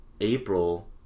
April